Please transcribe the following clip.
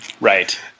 Right